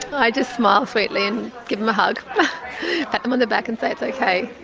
i just smile sweetly and give them a hug, pat them on the back, and say, it's okay.